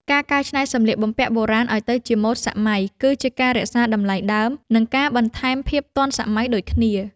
ការកែច្នៃសម្លៀកបំពាក់បុរាណឱ្យទៅជាម៉ូដសម័យ គឺជាការរក្សាតម្លៃដើម និងការបន្ថែមភាពទាន់សម័យចូលគ្នា។